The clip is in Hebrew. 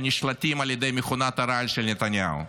שנשלטים על ידי מכונת הרעל של נתניהו.